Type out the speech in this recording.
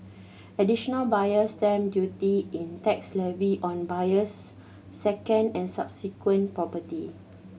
Additional Buyer's Stamp Duty is tax levied on a buyer's second and subsequent property